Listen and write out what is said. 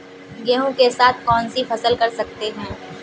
गेहूँ के साथ कौनसी फसल कर सकते हैं?